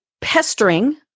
Pestering